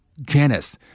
janice